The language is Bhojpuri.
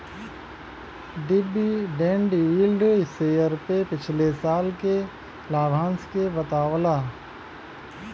डिविडेंड यील्ड शेयर पे पिछले साल के लाभांश के बतावला